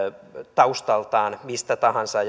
taustaltaan mistä tahansa